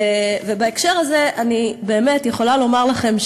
ובהקשר הזה אני באמת יכולה לומר לכם,